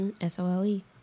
S-O-L-E